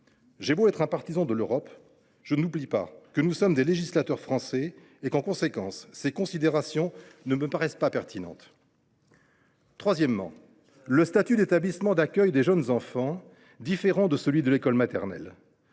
J’ai beau être un partisan de l’Europe, je n’oublie pas que nous sommes des législateurs français ; en conséquence, ces considérations ne paraissent pas pertinentes. Troisième et dernier argument : le statut d’établissement d’accueil des jeunes enfants diffère de celui des écoles maternelles,